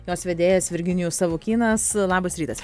jos vedėjas virginijus savukynas labas rytas